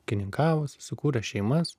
ūkininkavos sukūrė šeimas